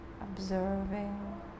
observing